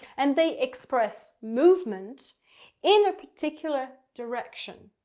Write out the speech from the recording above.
and they express movement in a particular direction.